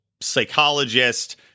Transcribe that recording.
psychologist